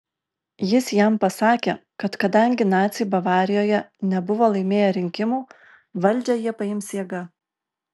jis jam pasakė kad kadangi naciai bavarijoje nebuvo laimėję rinkimų valdžią jie paims jėga